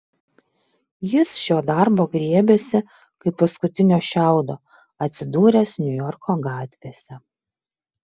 jis šio darbo griebėsi kaip paskutinio šiaudo atsidūręs niujorko gatvėse